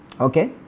Okay